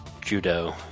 judo